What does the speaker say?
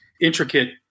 intricate